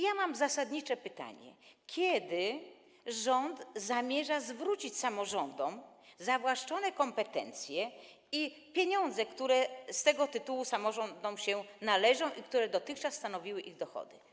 I mam zasadnicze pytanie: Kiedy rząd zamierza zwrócić samorządom zawłaszczone kompetencje i pieniądze, które z tego tytułu samorządom się należą i które dotychczas stanowiły ich dochody?